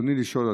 ברצוני לשאול,